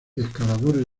escaladores